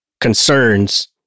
concerns